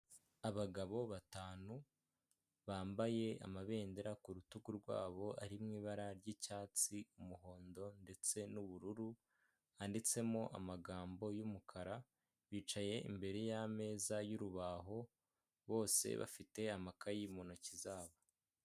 Abagabo batanu bambaye amabendera ku rutugu rwabo ari mu ibara ry'icyatsi, umuhondo ndetse n'ubururu handitsemo amagambo y'umukara, bicaye imbere y'ameza y'urubaho bose bafite amakayi mu ntoki zabo.